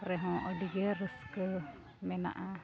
ᱨᱮᱦᱚᱸ ᱟᱹᱰᱤᱜᱮ ᱨᱟᱹᱥᱠᱟᱹ ᱢᱮᱱᱟᱜᱼᱟ